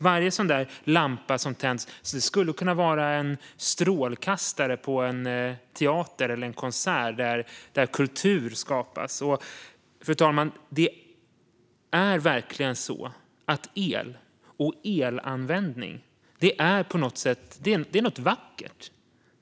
Varje sådan lampa som tänds skulle kunna vara en strålkastare på en teater eller konsert där kultur skapas. Fru talman! Det är verkligen så att el och elanvändning är något vackert.